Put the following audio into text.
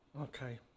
Okay